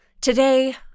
Today